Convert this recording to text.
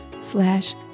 slash